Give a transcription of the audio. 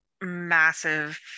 massive